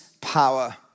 power